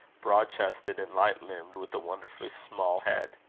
broad-chested and light-limbed, with a wonderfully small head.